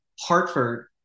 Hartford